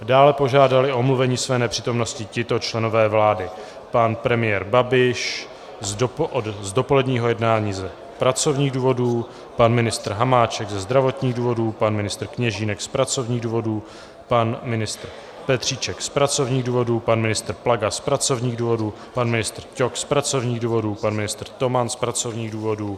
Dále požádali o omluvení své nepřítomnosti tito členové vlády: pan premiér Babiš z dopoledního jednání z pracovních důvodů, pan ministr Hamáček ze zdravotních důvodů, pan ministr Kněžínek z pracovních důvodů, pan ministr Petříček z pracovních důvodů, pan ministr Plaga z pracovních důvodů, pan ministr Ťok z pracovních důvodů, pan ministr Toman z pracovních důvodů.